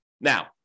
Now